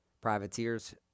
Privateers